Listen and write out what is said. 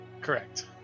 correct